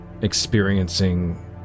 experiencing